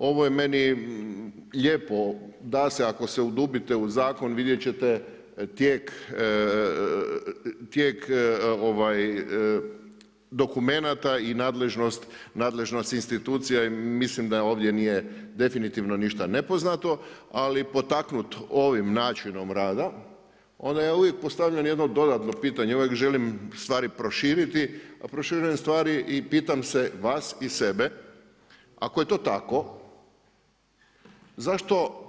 Ovo je meni lijepo da se, ako se udubite u zakon vidjeti ćete tijek dokumenata i nadležnost institucija i mislim da ovdje nije definitivno ništa nepoznato, ali potaknut ovim načinom rada, onda ja uvijek postavim jedno dodatno pitanje, uvijek želim stvari proširiti, a proširujem stvari i pitam vas i sebe, ako je to tako, zašto